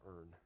earn